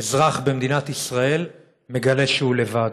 אזרח במדינת ישראל מגלה שהוא לבד,